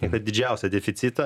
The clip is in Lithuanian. kad didžiausią deficitą